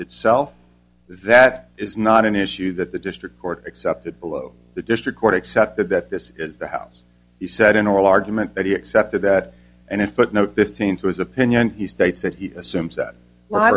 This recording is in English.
itself that is not an issue that the district court accepted below the district court accepted that this is the house he said in oral argument that he accepted that and it footnote fifteen to his opinion he states that he assumes that w